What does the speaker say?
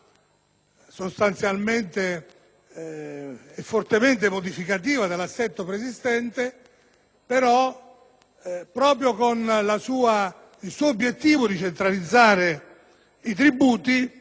sostanzialmente e fortemente modificativa dell'assetto preesistente, proprio con il suo obiettivo di centralizzare i tributi,